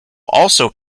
also